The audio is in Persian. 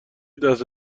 دست